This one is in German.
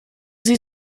sie